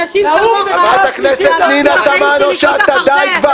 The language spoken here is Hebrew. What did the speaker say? אנשים כמוך --- חברת הכנסת פנינה תמנו, די כבר.